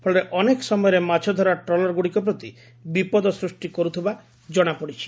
ଫଳରେ ଅନେକ ସମୟରେ ମାଛ ଧରା ଟ୍ରଲରଗୁଡିକ ପ୍ରତି ବିପଦ ସୂଷ୍କ କରୁଥିବା ଜଣାପଡିଛି